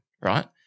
Right